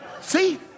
See